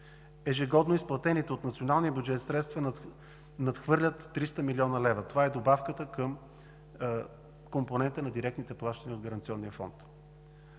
Ежегодно изплатените от националния бюджет средства надхвърлят 300 млн. лв. – това е добавката към компонента на директните плащания в гаранционния фонд.